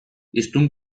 hiztun